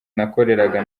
nakoreraga